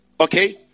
Okay